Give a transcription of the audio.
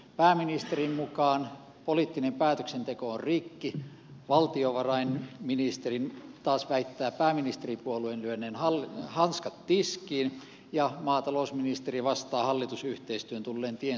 pääministerin mukaan poliittinen päätöksenteko on rikki valtiovarainministeri taas väittää pääministeripuolueen lyöneen hanskat tiskiin ja maatalousministeri vastaa hallitusyhteistyön tulleen tiensä päähän